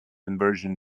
inversion